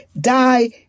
die